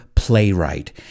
playwright